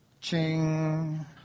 Ching